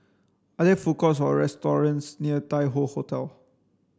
are there food courts or restaurants near Tai Hoe Hotel